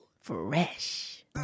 Fresh